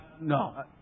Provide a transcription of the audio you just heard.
No